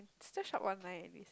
still shop online at least